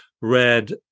read